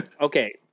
Okay